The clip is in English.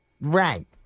Right